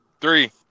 three